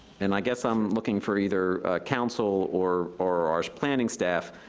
and i guess i'm looking for either counsel or our our planning staff,